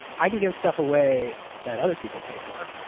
i can give stuff away that other people pay for.